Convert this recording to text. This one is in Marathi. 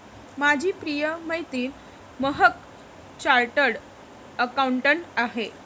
माझी प्रिय मैत्रीण महक चार्टर्ड अकाउंटंट आहे